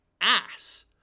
ass